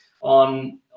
on